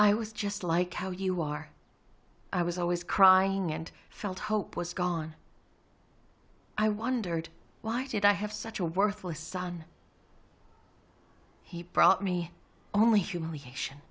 i was just like how you are i was always crying and felt hope was gone i wondered why did i have such a worthless son he brought me only humiliation